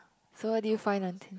so what did you find on